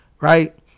right